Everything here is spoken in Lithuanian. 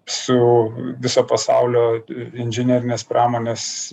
su viso pasaulio inžinerinės pramonės